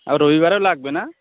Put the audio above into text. আর রবিবারেও লাগবে না